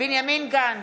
בנימין גנץ,